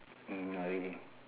mm not really